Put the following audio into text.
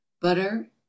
butter